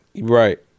right